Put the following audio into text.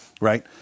Right